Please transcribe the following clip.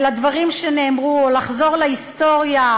ולדברים שנאמרו, או לחזור להיסטוריה,